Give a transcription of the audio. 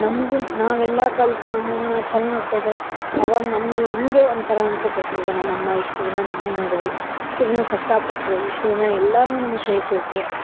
ನಮ್ಗು ನಾವು ಎಲ್ಲಾ ಕಲ್ತು ನಮ್ಮನ್ನ ಚೆನ್ನಾಗಿ ನೋಡ್ಕಂಡೆ ಅವಾಗ ನಮ್ಮ ಮೇಲೆ ನಮ್ಮ ಮೇಲೆ ನಮಗೆ ಒಂಥರ ಅನ್ಸತ್ತೆ ಈಗ ನಮ್ಮಮ್ಮ ಇಷ್ಟು ದಿನ ನಮ್ಮನ ನೋಡಿದರೂ ಇಷ್ಟು ದಿನ ಕಷ್ಟ ಪಟ್ಟರೂ ಇಷ್ಟು ದಿನ ಎಲ್ಲಾನು ನಮ್ಗ ಹೇಳ್ಕೊಟ್ಟರು